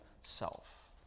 self